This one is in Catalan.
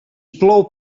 plou